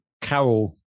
carol